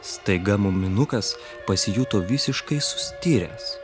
staiga muminukas pasijuto visiškai sustiręs